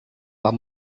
pak